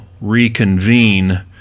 reconvene